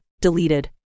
deleted